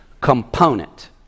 component